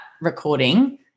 recording